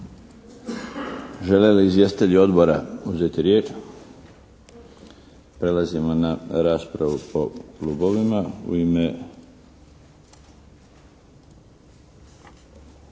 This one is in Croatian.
Žele li izvjestitelji Odbora uzeti riječ? Prelazimo na raspravu po klubovima. U ime